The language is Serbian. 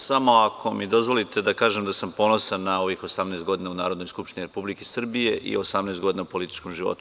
Samo ako mi dozvolite da kažem da sam ponosan na ovih 18 godina u Narodnoj skupštini Republike Srbije i 18 godina u političkom životu.